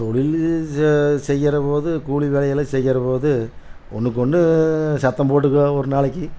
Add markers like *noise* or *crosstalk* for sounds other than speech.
தொழில் *unintelligible* செய்யற போது கூலி வேலையெல்லாம் செய்யற போது ஒன்றுக்கு ஒன்று சத்தம் போட்டுக்குவோம் ஒரு நாளைக்கு